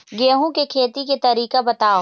गेहूं के खेती के तरीका बताव?